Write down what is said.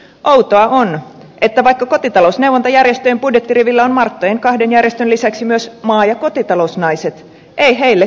outoa on että vaikka kotitalousneuvontajärjestöjen budjettirivillä on marttojen kahden järjestön lisäksi myös maa ja kotitalousnaiset ei heille korotusta tule